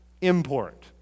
import